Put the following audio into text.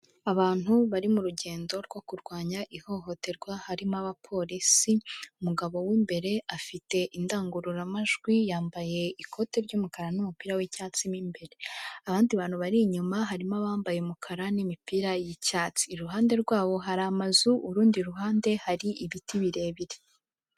Abantu bari mu rugendo rwo kurwanya ihohoterwa harimo abapolisi umugabo w'imbere afite indangururamajwi yambaye ikoti ry'umukara n'umupira w'icyatsi mo imbere abandi bantu bari inyuma harimo abambaye umukara n'imipira y'icyatsi iruhande rwabo hari amazu urundi ruhande hari ibiti birebire.